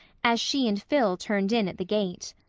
as she and phil turned in at the gate.